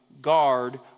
guard